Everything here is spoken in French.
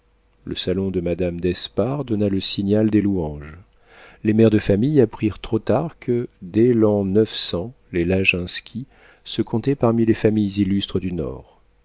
le salon de madame d'espard donna le signal des louanges les mères de famille apprirent trop tard que dès l'an neuf cent les laginski se comptaient parmi les familles illustres du nord